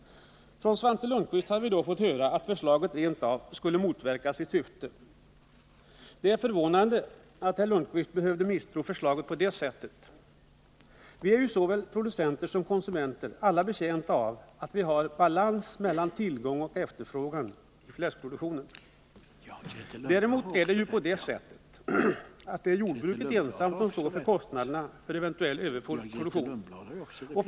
Från Svante Lundkvist har vi fått höra att förslaget rent av skulle motverka sitt syfte. Det är förvånande att Svante Lundkvist behöver misstro förslaget på det sättet. Vi är ju, såväl producenter som konsumenter, alla betjänta av att vi har balans mellan tillgång och efterfrågan i fläskproduktionen. Däremot står jordbruket ensamt för kostnaderna för ev. överproduktion.